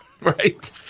right